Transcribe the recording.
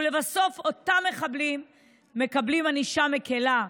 ולבסוף אותם מחבלים מקבלים ענישה מקילה,